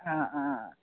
অঁ অঁ